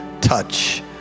touch